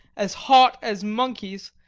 as hot as monkeys,